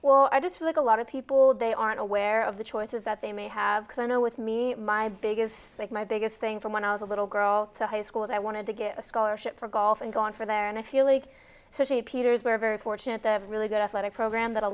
well i just feel like a lot of people they aren't aware of the choices that they may have because i know with me my biggest like my biggest thing from when i was a little girl to high school is i wanted to get a scholarship for golf and gone for there and i feel like such a peters we're very fortunate to have a really good athletic program that a